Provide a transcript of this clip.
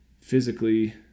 physically